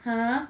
!huh!